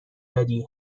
دادی